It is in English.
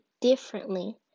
differently